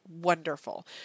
wonderful